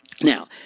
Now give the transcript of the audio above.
Now